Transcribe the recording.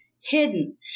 hidden